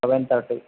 seven thirty